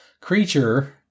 creature